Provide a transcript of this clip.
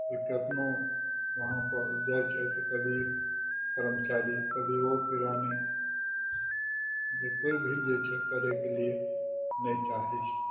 की केतनो वहाँपर जाइ छै तऽ कभी कर्मचारी कभी ओ किरानी जे कोइ भी जे छै करयके लिये नहि चाहय छै